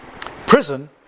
prison